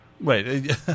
Wait